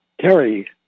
Terry